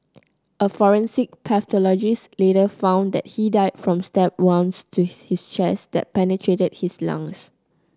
a forensic pathologist later found that he died from stab wounds to his chest that penetrated his lungs